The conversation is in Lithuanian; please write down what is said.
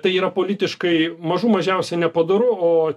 tai yra politiškai mažų mažiausiai nepadoru o